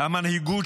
כהן (יש